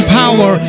power